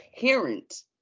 parent